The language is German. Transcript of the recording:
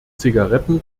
zigaretten